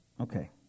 Okay